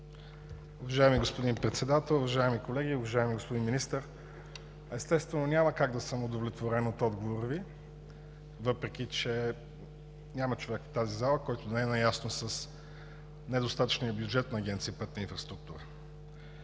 Уважаеми господин Председател, уважаеми колеги! Уважаеми господин Министър, естествено, няма как да съм удовлетворен от отговора Ви, въпреки че няма човек в тази зала, който не е наясно с недостатъчния бюджет на Агенция „Пътна инфраструктура“.